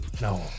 No